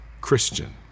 Christian